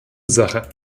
sache